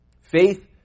Faith